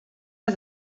pas